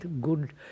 good